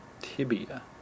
tibia